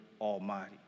Almighty